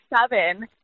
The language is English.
seven